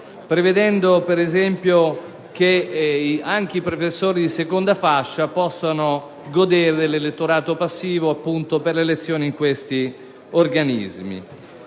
prevedendo, per esempio, che anche i professori di seconda fascia possano godere dell'elettorato passivo per le elezioni di questi organismi.